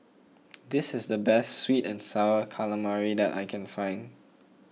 this is the best Sweet and Sour Calamari that I can find